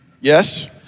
Yes